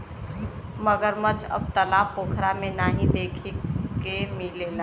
मगरमच्छ अब तालाब पोखरा में नाहीं देखे के मिलला